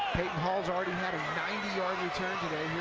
hall has already had a ninety yard return today, here